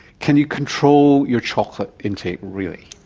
can you control your chocolate intake really?